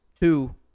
two